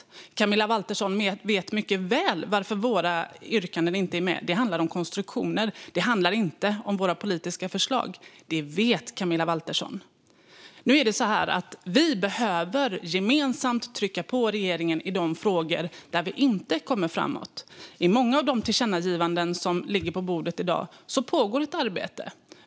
Men Camilla Waltersson Grönvall vet mycket väl varför våra yrkanden inte är med. Det handlar om konstruktioner. Det handlar inte om våra politiska förslag. Det vet Camilla Waltersson Grönvall. Nu är det så här att vi gemensamt behöver trycka på regeringen i de frågor där vi inte kommer framåt. I många av de tillkännagivanden som ligger på bordet i dag pågår ett arbete.